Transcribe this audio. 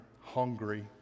hungry